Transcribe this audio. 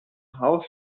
haus